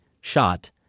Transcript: shot